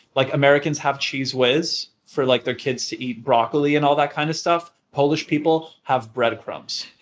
like americans have cheese whiz for like their kids to eat broccoli and all that kind of stuff polish people have bread crumbs.